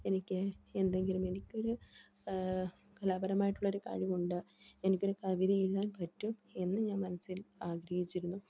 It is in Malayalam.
എനിക്ക് എന്തെങ്കിലും എനിക്കൊരു കലാപരമായിട്ടുള്ളരു കഴിവുണ്ട് എനിക്കൊരു കവിത എഴുതാൻ പറ്റും എന്ന് ഞാൻ മനസ്സിൽ ആഗ്രഹിച്ചിരുന്നു